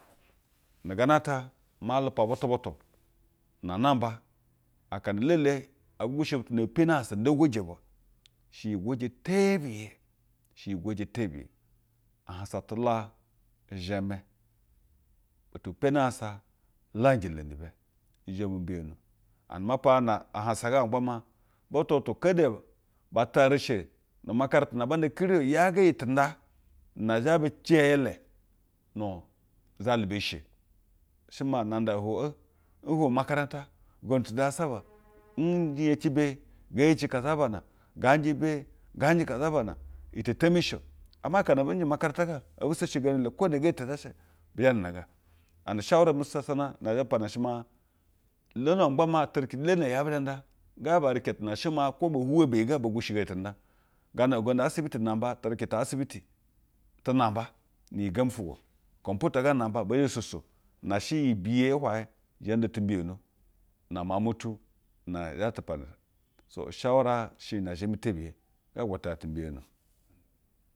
Nu gana ata ma lupa butu butu na namba. Aka elele ebi gwushiji butu bi peni ahansa nda gwoje bwa, she iyi gwoje tebiye she iyi gwoje tebiye. Ahansa tula zheme., butu br peni ahansa ka nje le nu be i zhe bu mbiyono. And ma panono na ahansa ga ma gba maa butu butu kede ba tetana rishe nu umakarata na ba nda kiri o. Yaga iyi tenda na zhe bi ce i ele nu zalu bu eshe she maa na nsa huj ee, nhuwuwi makarata ugindu tenda zasaba o, nyexi beye ngee yeci kazabana ngaa nje beye, ngaa nje kazabana ete toni shio ama akana abe njɛ makarata ga ebi seshi ugondu na kwo negeye ta zhe shi beshe nda nege and ushawura. Mu sasana na ma pana sle maa, lono ma gba maa terece ti elele yeu zhe nda. Ga be rece tuna shemaa ko bee hwuwe beyi ga gwushigo iyi tenda. Gana ugondu asibiti namba terece ta asibiti tu namba ni iyi gembi ufwugo computer ga namba bee zhe sos. Na she iyi biye hwuwaye zhe nsa ti mbiyono na miauj mu tu na zhe tu pana. So, ushawura she iyi ne theme tebiya ha agwatana ti mbiyono